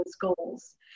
goals